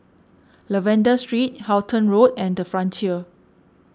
Lavender Street Halton Road and the Frontier